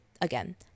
Again